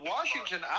Washington